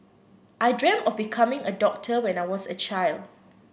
I dreamt of becoming a doctor when I was a child